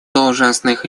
должностных